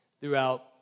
throughout